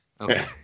Okay